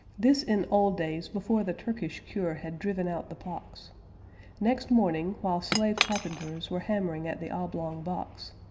this in old days before the turkish cure had driven out the pox next morning, while slave carpenters were hammering at the oblong box,